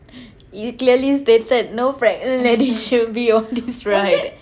it clearly stated no pregnant lady should be on this ride